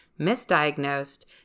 misdiagnosed